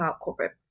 corporate